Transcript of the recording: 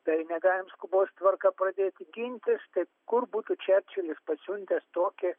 tai negalim skubos tvarka pradėti gintis tai kur būtų čerčilis pasiuntęs tokį